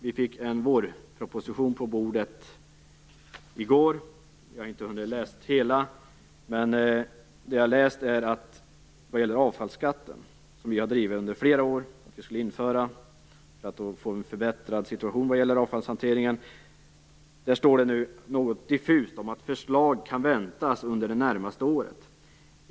Vi fick en vårproposition på bordet i går. Jag har inte hunnit läsa hela propositionen. Vad gäller införande av avfallsskatt, en fråga som jag drivit under flera år, för att få en förbättrad situation i denna fråga står det något diffust om att förslag kan väntas under det närmaste året.